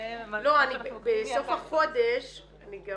זה -- בסוף החודש אני גם